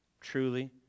Truly